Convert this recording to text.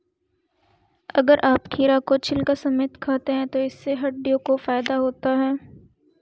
अगर आप खीरा को छिलका समेत खाते हैं तो इससे हड्डियों को फायदा होता है